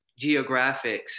geographics